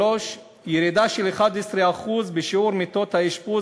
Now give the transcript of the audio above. הרי איך יכול להיות שהגבר הוא מרמאללה והוא רוצה לגור איפה שהאישה